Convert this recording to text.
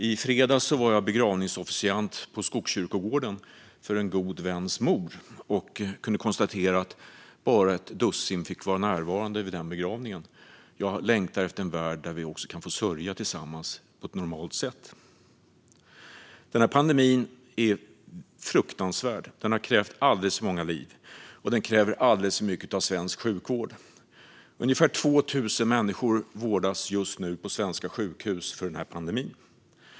I fredags var jag begravningsofficiant på Skogskyrkogården för en god väns mor och kunde konstatera att bara ett dussin personer fick vara närvarande vid denna begravning. Jag längtar efter en värld där vi också kan få sörja tillsammans på ett normalt sätt. Denna pandemi är fruktansvärd. Den har krävt alldeles för många liv, och den kräver alldeles för mycket av svensk sjukvård. Ungefär 2 000 människor vårdas just nu på svenska sjukhus på grund av denna pandemi.